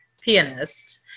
pianist